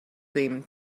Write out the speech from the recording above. seem